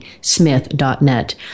smith.net